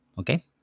okay